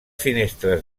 finestres